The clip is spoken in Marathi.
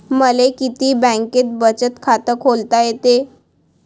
मले किती बँकेत बचत खात खोलता येते?